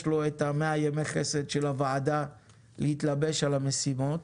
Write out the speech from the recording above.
יש לו את מאת ימי החסד של הוועדה להתלבש על המשימות.